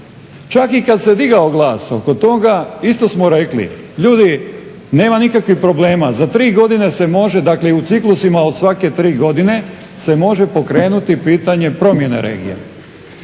Čak i kada se digao glas oko toga isto smo rekli ljudi nema nikakvih problema, za 3 godine se može dakle u ciklusima od svake tri godine se može pokrenuti pitanje promjene regija.